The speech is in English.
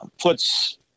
puts